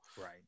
right